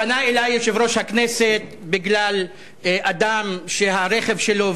פנה אלי יושב-ראש הכנסת בגלל אדם שהרכב שלו,